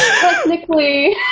technically